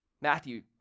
Matthew